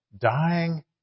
dying